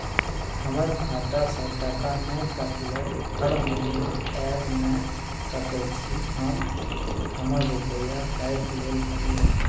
हमर खाता से टका नय कटलै हर महीना ऐब नय सकै छी हम हमर रुपिया काइट लेल करियौ?